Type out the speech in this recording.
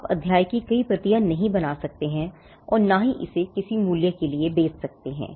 आप अध्याय की कई प्रतियाँ नहीं बना सकते हैं और ना ही इसे किसी मूल्य के लिए बेच सकते हैं